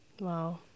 Wow